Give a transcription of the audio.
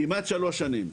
כמעט שלוש שנים.